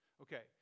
Okay